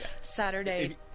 saturday